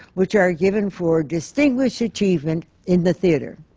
which are given for distinguished achievement in the theatre.